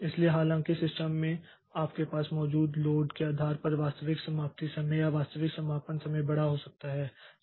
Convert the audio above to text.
इसलिए हालांकि सिस्टम में आपके पास मौजूद लोड के आधार पर वास्तविक समाप्ति समय या वास्तविक समापन समय बड़ा हो सकता है